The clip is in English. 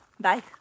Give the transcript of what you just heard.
Bye